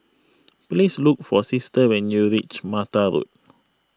please look for Sister when you reach Mata Road